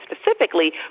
specifically